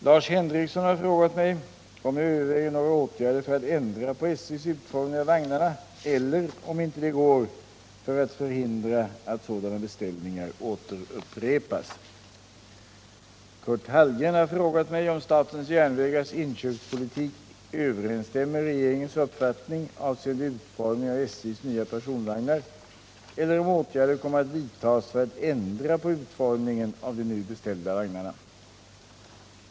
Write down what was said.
Lars Henrikson har frågat mig om jag överväger några åtgärder för att ändra på SJ:s utformning av vagnarna eller — om inte det går — för att förhindra att sådana beställningar återupprepas. Karl Hallgren har frågat mig om statens järnvägars inköpspolitik överensstämmer med regeringens uppfattning avseende utformningen av SJ:s nya personvagnar eller om åtgärder kommer att vidtas för att ändra på utformningen av de beställda vagnarna.